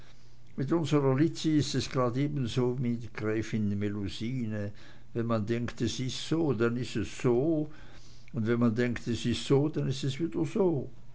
mit unsrer lizzi is es gerad ebenso wie mit gräfin melusine wenn man denkt es is so denn is es so und wenn man denkt es is so denn is es wieder so